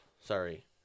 Sorry